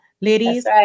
Ladies